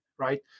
right